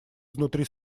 изнутри